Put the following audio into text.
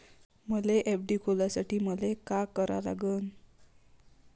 मले एफ.डी खोलासाठी मले का करा लागन?